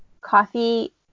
coffee